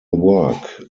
work